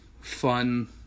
fun